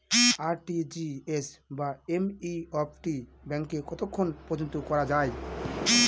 RTGS বা NEFT ব্যাংকে কতক্ষণ পর্যন্ত করা যায়?